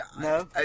no